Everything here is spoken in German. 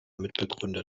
mitbegründer